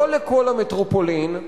לא לכל המטרופולין,